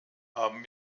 haben